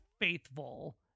faithful